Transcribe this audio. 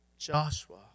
Joshua